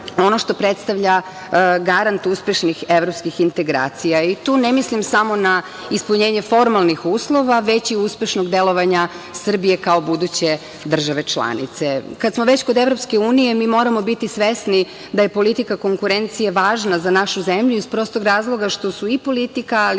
ono što predstavlja garant uspešnih evropskih integracija. Tu ne mislim samo na ispunjenje formalnih uslova, već i uspešnog delovanja Srbije kao buduće države članice. Kada smo već kod Evropske unije, mi moramo biti svesni da je politika konkurencije važna za našu zemlju iz prostog razloga što su i politika, ali i